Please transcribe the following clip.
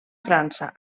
frança